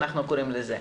כמו שאנחנו קוראים לזה,